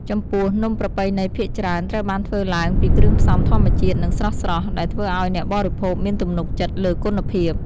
ចំពោះ នំប្រពៃណីភាគច្រើនត្រូវបានធ្វើឡើងពីគ្រឿងផ្សំធម្មជាតិ និងស្រស់ៗ ដែលធ្វើឲ្យអ្នកបរិភោគមានទំនុកចិត្តលើគុណភាព។